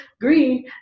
green